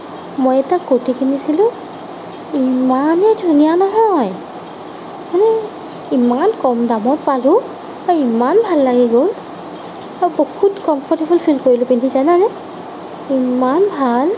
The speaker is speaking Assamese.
মই এটা কুৰ্তি কিনিছিলো ইমানে ধুনীয়া নহয় মানে ইমান কম দামত পালো বা ইমান ভাল লাগি গ'ল মই বহুত কমফৰ্টেবুল ফিল কৰিলো পিন্ধি জানানে ইমান ভাল